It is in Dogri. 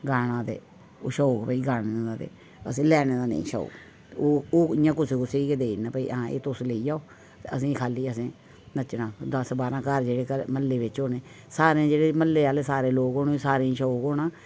गाना ते ओह् शौक भाई गाने दा ते असें लैने दा नेईं शौक ते ओह् इ'यां कुसै कुसै गी गै देई ओड़ना की भाई तुस लैओ ते असें खाली असें नच्चना दस्स बारां घर जेह्के म्हल्ले बिच्च होने ते सारें गी जेह्ड़े म्हल्लै आह्लें होनें सारें गी शौक होना